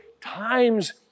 times